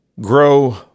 grow